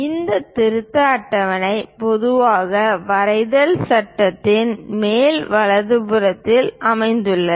ஒரு திருத்த அட்டவணை பொதுவாக வரைதல் சட்டகத்தின் மேல் வலதுபுறத்தில் அமைந்துள்ளது